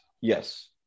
Yes